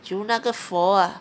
求那个佛 ah